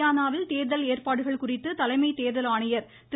ஹரியானாவில் தேர்தல் ஏற்பாடுகள் குறித்து தலைமைத் தேர்தல் ஆணையர் திரு